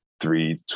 three